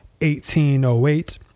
1808